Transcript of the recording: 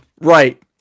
Right